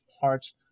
parts